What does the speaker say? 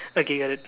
okay got it